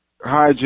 Hi